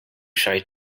shy